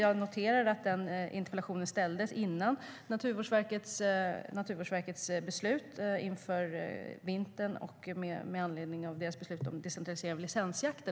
Jag noterar att interpellationen ställdes innan Naturvårdsverkets beslut inför vintern kom och med anledning av deras beslut om decentralisering av licensjakten.